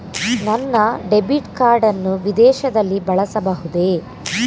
ನನ್ನ debit card ಅನ್ನು ವಿದೇಶದಲ್ಲಿ ಬಳಸಬಹುದೇ?